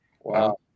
Wow